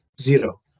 zero